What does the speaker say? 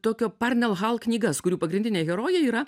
tokio parnel hal knygas kurių pagrindinė herojė yra